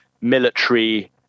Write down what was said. military